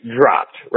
dropped